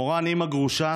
מורן היא אימא גרושה,